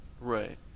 right